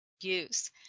use